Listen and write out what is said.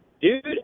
Dude